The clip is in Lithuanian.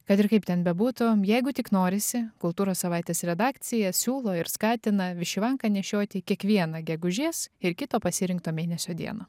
kad ir kaip ten bebūtų jeigu tik norisi kultūros savaitės redakcija siūlo ir skatina višivanką nešioti kiekvieną gegužės ir kito pasirinkto mėnesio dieną